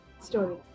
story